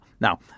Now